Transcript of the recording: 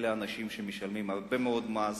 אלה אנשים שמשלמים הרבה מאוד מס.